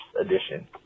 edition